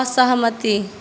असहमति